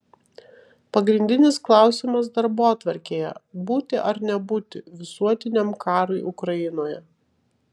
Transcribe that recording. pagrindinis klausimas darbotvarkėje būti ar nebūti visuotiniam karui ukrainoje